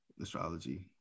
astrology